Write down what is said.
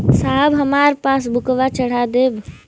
साहब हमार पासबुकवा चढ़ा देब?